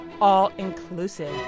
all-inclusive